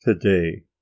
today